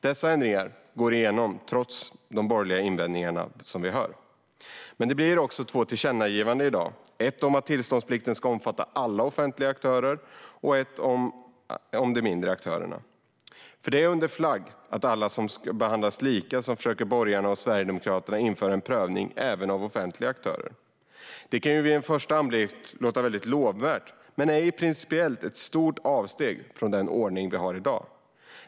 Dessa ändringar går igenom trots de borgerliga invändningarna. Men det blir också två tillkännagivanden i dag - ett tillkännagivande om att tillståndsplikten ska omfatta alla offentliga aktörer och ett tillkännagivande om de mindre aktörerna. Under flagg att alla ska behandlas lika försöker borgarna och Sverigedemokraterna att införa en prövning även för offentliga aktörer. Det kan vid en första anblick låta lovvärt, men det är ett principiellt stort avsteg från den ordning som vi har i dag.